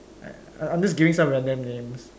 I I am just giving some random names